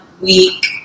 week